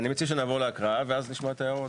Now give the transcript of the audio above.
אני מציע שנעבור להקראה ואז נשמע את ההערות,